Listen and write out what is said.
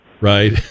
right